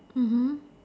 mmhmm